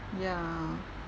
ya